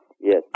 Yes